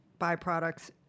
byproducts